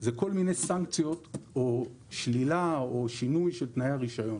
זה כל מיני סנקציות או שלילה או שינוי בתנאי הרישיון.